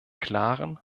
klaren